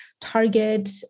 Target